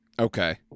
Okay